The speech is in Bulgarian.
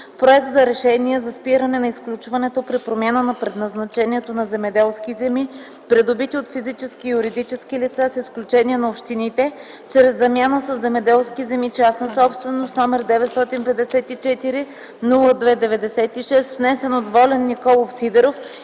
проект на Решение за спиране на изключването при промяна на предназначението на земеделски земи, придобити от физически и юридически лица, с изключение на общините, чрез замяна със земеделски земи – частна собственост, № 954-02-96, внесен от Волен Николов Сидеров